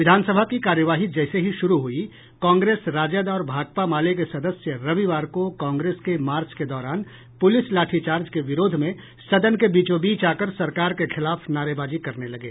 विधानसभा की कार्यवाही जैसे ही शुरू हुई कांग्रेस राजद और भाकपा माले के सदस्य रविवार को कांग्रेस के मार्च के दौरान प्रलिस लाठीचार्ज के विरोध में सदन के बीचोंबीच आकर सरकार के खिलाफ नारेबाजी करने लगे